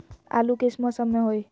आलू किस मौसम में होई?